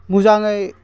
मोजाङै